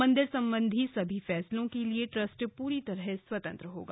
मन्दिर संबंधी सभी फैसलों के लिए ट्रस्ट पूरी तरह स्वतंत्र होगा